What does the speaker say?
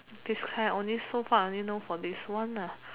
this kind only so far I only know for this one nah